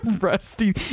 Rusty